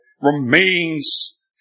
remains